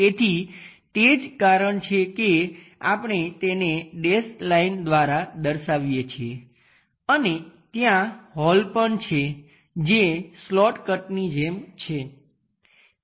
તેથી તે જ કારણ છે કે આપણે તેને ડેશ લાઈન દ્વારા દર્શાવીએ છીએ અને ત્યાં હોલ પણ છે જે સ્લોટ કટની જેમ છે